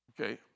okay